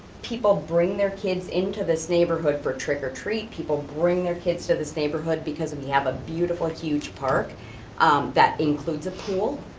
people bring their kids into this neighborhood for trick or treat, people bring their kids to this neighborhood because we have a beautiful huge park that includes a pool.